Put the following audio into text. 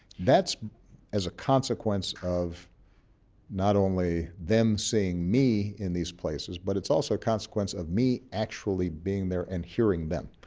that's as a consequence of not only them seeing me in these places but it's also a consequence of me actually being there and hearing them.